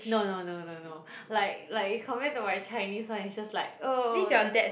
no no no no no like like compare to my Chinese [one] it's just like oh then